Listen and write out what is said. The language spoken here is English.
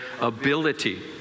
ability